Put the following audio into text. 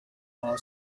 all